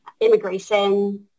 immigration